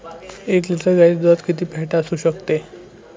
एक लिटर गाईच्या दुधात किती फॅट असू शकते?